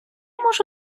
можу